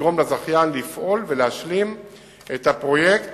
לגרום לזכיין לפעול ולהשלים את הפרויקט